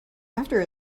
after